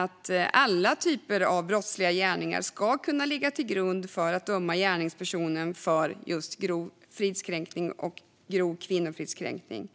att alla typer av brottsliga gärningar ska kunna ligga till grund för att döma en gärningsperson för både grov fridskränkning och grov kvinnofridskränkning.